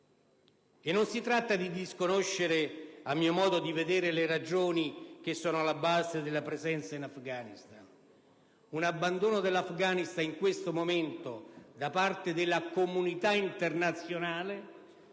Non si tratta di disconoscere a mio modo di vedere le ragioni che sono alla base della presenza in Afghanistan. Un abbandono dell'Afghanistan in questo momento da parte della comunità internazionale